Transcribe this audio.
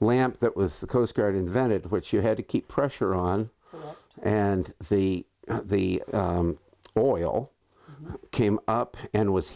lamp that was the coastguard invented which you had to keep pressure on and the oil came up and was